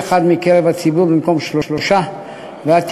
לחברי מינהלה מקרב הציבור בשל השתתפותם בישיבות המינהלה,